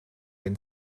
den